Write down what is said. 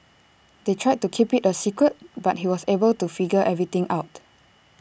they tried to keep IT A secret but he was able to figure everything out